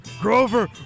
Grover